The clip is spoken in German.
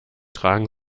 tragen